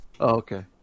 okay